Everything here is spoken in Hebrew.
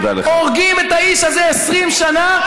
הורגים את האיש הזה 20 שנה,